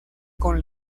con